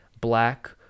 black